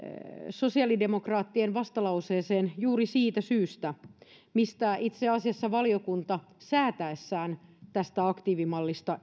sosiaalidemokraattien vastalauseeseen juuri siitä syystä mistä itse asiassa valiokunta itsekin puhui säätäessään tästä aktiivimallista